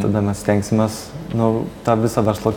tada mes stengsimės nu tą visą verslo